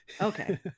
Okay